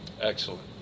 Excellent